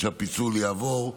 כשהפיצול יעבור,